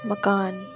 मकान